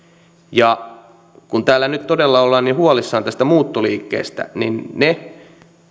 ja kun täällä nyt todella ollaan niin huolissaan tästä muuttoliikkeestä niin ne